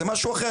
זה משהו אחר.